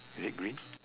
is it green